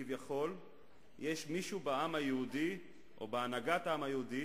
כביכול יש מישהו בעם היהודי או בהנהגת העם היהודי